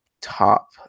top